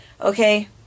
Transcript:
Okay